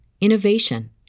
innovation